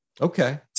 Okay